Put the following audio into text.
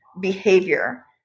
behavior